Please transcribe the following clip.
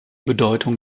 bedeutung